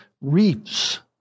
reefs